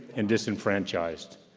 and disenfranchised,